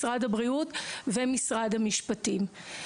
משרד הבריאות ומשרד המשפטים.